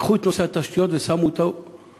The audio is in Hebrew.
לקחו את נושא התשתיות ושמו אותו בפרונט,